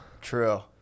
true